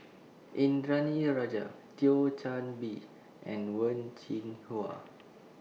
Indranee Rajah Thio Chan Bee and Wen Jinhua